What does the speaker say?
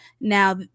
Now